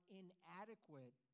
inadequate